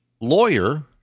lawyer